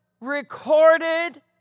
recorded